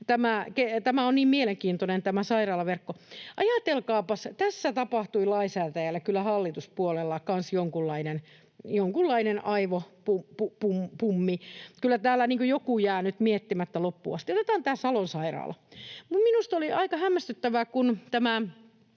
tämä sairaalaverkko on niin mielenkiintoinen. Ajatelkaapas, tässä tapahtui lainsäätäjällä kyllä kanssa hallituspuolella jonkunlainen aivopummi. Kyllä täällä on joku jäänyt miettimättä loppuun asti. Otetaan tämä Salon sairaala. Minusta oli aika hämmästyttävää, kun tämä